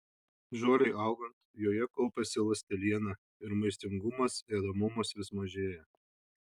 žolei augant joje kaupiasi ląsteliena ir maistingumas ėdamumas vis mažėja